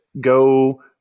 go